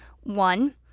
One